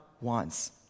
wants